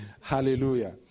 Hallelujah